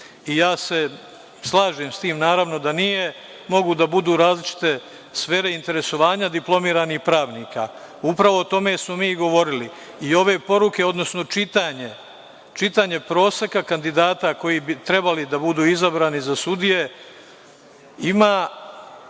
Ja se slažem s tim, naravno da nije. Mogu da budu različite sfere interesovanja diplomiranih pravnika. Upravo o tome smo mi i govorili i ove poruke, odnosno čitanje proseka kandidata koji bi trebali da budu izabrani za sudije ima